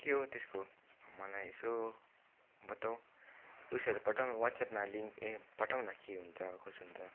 के हो त्यसको मलाई यसो बताऊ उयसहरू पठाउन वाट्सएपमा लिङ्क पठाउन के हुन्छ कसो हुन्छ